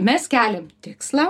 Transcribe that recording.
mes keliam tikslą